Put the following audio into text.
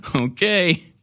okay